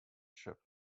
ship